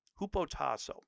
hupotasso